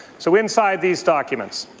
so inside these documents,